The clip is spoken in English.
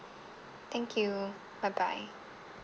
thank you bye bye